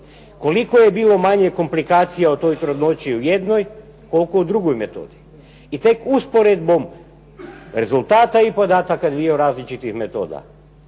Koliko je bilo manje komplikacija u toj trudnoću u jednoj, koliko u drugoj metodi? I tek usporedbom rezultata i podataka dviju različitih metoda